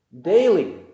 Daily